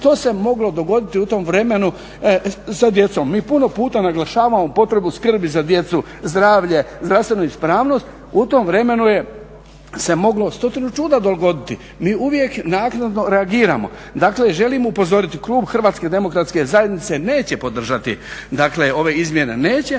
što se moglo dogoditi u tom vremenu sa djecom. Mi puno puta naglašavamo potrebu skrbi za djecu, zdravlje, zdravstvenu upravnost, u tom vremenu se moglo stotinu čuda dogoditi. Mi uvijek naknadno reagiramo. Dakle, želim upozoriti, klub Hrvatske demokratske zajednice neće podržati, dakle ove izmjene neće